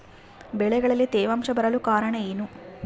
ಬೆಳೆಗಳಲ್ಲಿ ತೇವಾಂಶ ಬರಲು ಕಾರಣ ಏನು?